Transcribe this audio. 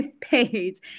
page